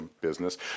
business